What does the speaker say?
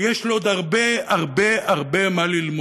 כי יש לו עוד הרבה הרבה הרבה מה ללמוד.